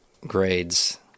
grades